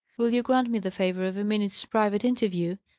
will you grant me the favour of a minute's private interview?